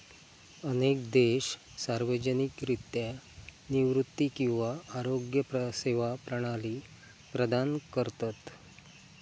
अनेक देश सार्वजनिकरित्या निवृत्ती किंवा आरोग्य सेवा प्रणाली प्रदान करतत